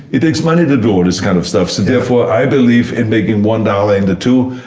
it takes money to do all this kind of stuff, so therefore i believe in making one dollar into two.